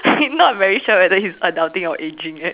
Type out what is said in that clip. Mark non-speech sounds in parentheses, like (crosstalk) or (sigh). (laughs) not very sure is adulting or ageing eh